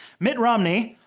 mitt romney,